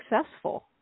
successful